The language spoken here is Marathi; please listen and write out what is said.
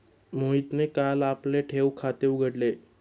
मोहितने काल आपले ठेव खाते उघडले